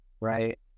Right